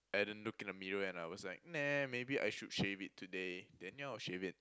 I had a look in the mirror and I was like nah maybe I should shave it today then yeah I'll shave it